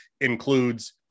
includes